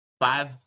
five